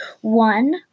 One